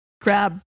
grab